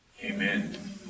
Amen